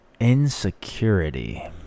Insecurity